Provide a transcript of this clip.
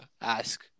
ask